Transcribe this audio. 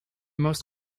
most